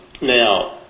now